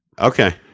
Okay